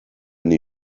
new